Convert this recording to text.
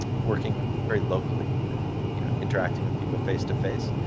working very locally and you know interacting with people face-to-face.